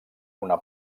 una